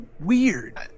Weird